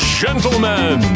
gentlemen